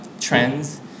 trends